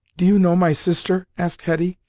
do you know my sister? asked hetty,